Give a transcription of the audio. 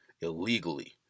illegally